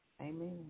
Amen